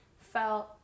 felt